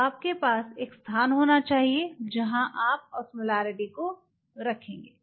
तो आपके पास एक स्थान होना चाहिए जहां आप ऑस्मोमीटर को रखेंगे